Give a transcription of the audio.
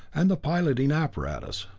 and the piloting apparatus.